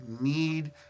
need